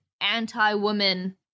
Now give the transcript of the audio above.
anti-woman